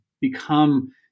become